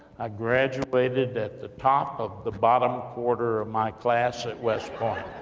i graduated at the top, of the bottom quarter, of my class at west point.